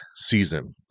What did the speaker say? season